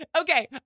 okay